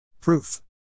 Proof